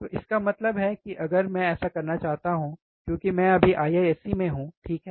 तो इसका मतलब है कि अगर मैं ऐसा करना चाहता हूं क्योंकि मैं अभी IISc में हूं ठीक है